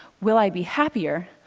will i be happier?